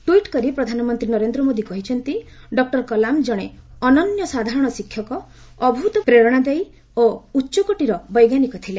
tweet କରି ପ୍ରଧାନମନ୍ତ୍ରୀ ନରେନ୍ଦ୍ର ମୋଦି କହିଛନ୍ତି ଡକ୍କର କଲାମ୍ ଜଣେ ଅନନ୍ୟ ସାଧାରଣ ଶିକ୍ଷକ ଅଭୁତ ପ୍ରେରଣାଦାୟୀ ଓ ଉଚ୍ଚକୋଟୀର ବୈଜ୍ଞାନିକ ଥିଲେ